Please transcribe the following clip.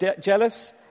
jealous